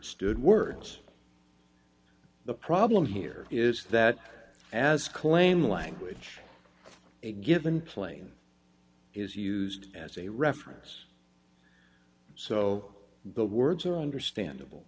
stood words the problem here is that as claim language a given plane is used as a reference so the words are understandable